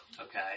okay